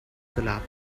collapsed